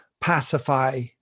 pacify